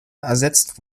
ersetzt